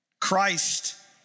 Christ